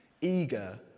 eager